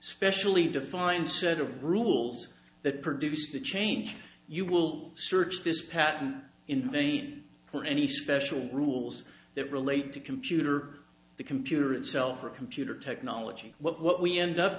specially defined set of rules that produced the change you will search this patent in vain for any special rules that relate to computer the computer itself or computer technology what we end up